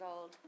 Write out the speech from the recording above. old